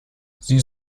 sie